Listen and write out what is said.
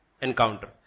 encounter